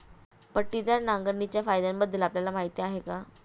पट्टीदार नांगरणीच्या फायद्यांबद्दल आपल्याला माहिती आहे का?